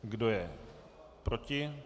Kdo je proti?